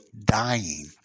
dying